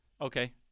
okay